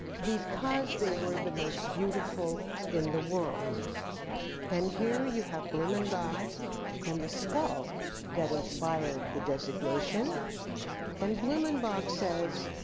because they were the most beautiful in the world and here you have blumenbach and the skull that inspired the designation and blumenbach says,